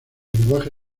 lenguaje